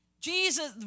Jesus